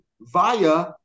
via